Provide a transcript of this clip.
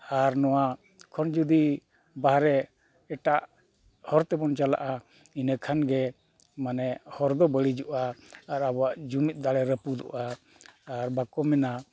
ᱟᱨ ᱱᱚᱣᱟ ᱠᱷᱚᱱ ᱡᱩᱫᱤ ᱵᱟᱦᱨᱮ ᱮᱴᱟᱜ ᱦᱚᱨ ᱛᱮᱵᱚᱱ ᱪᱟᱞᱟᱜᱼᱟ ᱤᱱᱟᱹ ᱠᱷᱟᱱ ᱜᱮ ᱢᱟᱱᱮ ᱦᱚᱨ ᱫᱚ ᱵᱟᱹᱲᱤᱡᱚᱜᱼᱟ ᱟᱨ ᱟᱵᱚᱣᱟᱜ ᱡᱩᱢᱤᱫ ᱫᱟᱲᱮ ᱨᱟᱹᱯᱩᱫᱚᱜᱼᱟ ᱟᱨ ᱵᱟᱠᱚ ᱢᱮᱱᱟ